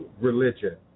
religion